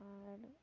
ᱟᱨ